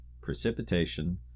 precipitation